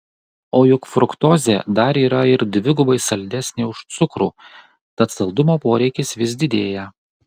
o juk fruktozė dar yra ir dvigubai saldesnė už cukrų tad saldumo poreikis vis didėja